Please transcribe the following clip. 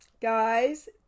guys